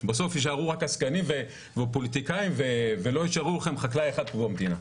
בסוף יישארו רק עסקנים ופוליטיקאים ולא יישאר לכם חקלאי אחד פה במדינה,